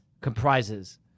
comprises